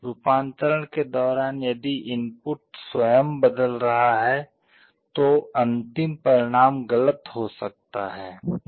रूपांतरण के दौरान यदि इनपुट स्वयं बदल रहा है तो अंतिम परिणाम गलत हो सकता है